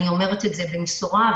במשורה,